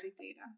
data